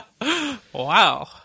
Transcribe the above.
Wow